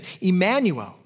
Emmanuel